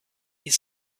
his